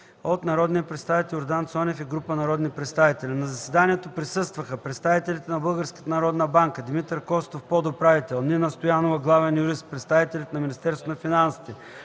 от народния представител Йордан Цонев и група народни представители. На заседанието присъстваха представителите на Българската народна банка: Димитър Костов – подуправител, Нина Стоянова – главен юрист; представителите на Министерство на финансите